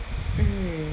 mm